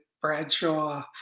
Bradshaw